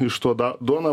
iš to da duoną